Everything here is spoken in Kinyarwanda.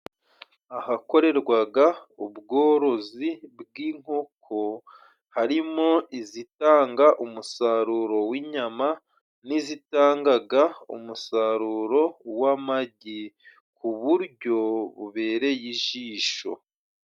Ahakorerwaga ubworozi bw’inkoko, harimo izitanga umusaruro w’inyama n’izitanga umusaruro w’amagi, ku buryo bubereye ijisho.